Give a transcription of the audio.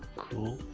cool.